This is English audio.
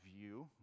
view